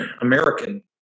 American